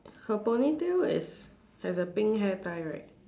her ponytail is has a pink hair tie right